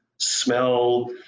smell